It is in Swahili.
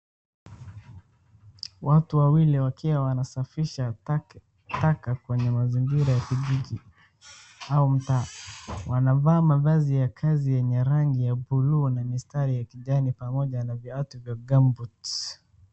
Watu wawili wakiwa wanasafisha taka kwenye mazingira ya kijiji au mtaa. Wanavaa mavazi ya kazi yenye rangi ya buluu na mistari ya kijani pamoja na viatu vya gumboots .